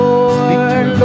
Lord